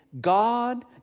God